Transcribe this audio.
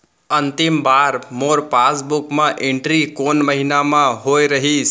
अंतिम बार मोर पासबुक मा एंट्री कोन महीना म होय रहिस?